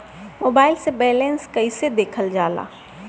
Mobile से balance कइसे देखल जाला?